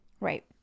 Right